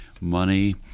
money